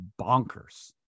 bonkers